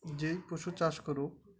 যে পশু চাষ করে